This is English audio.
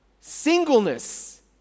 Singleness